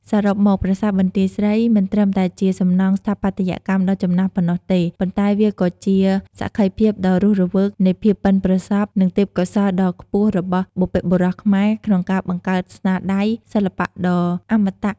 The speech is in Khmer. សរុបមក ប្រាសាទបន្ទាយស្រី មិនត្រឹមតែជាសំណង់ស្ថាបត្យកម្មដ៏ចំណាស់ប៉ុណ្ណោះទេ ប៉ុន្តែវាក៏ជាសក្ខីភាពដ៏រស់រវើកនៃភាពប៉ិនប្រសប់ និងទេពកោសល្យដ៏ខ្ពស់របស់បុព្វបុរសខ្មែរក្នុងការបង្កើតស្នាដៃសិល្បៈដ៏អមតៈ។